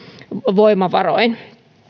voimavaroin